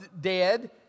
dead